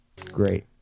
Great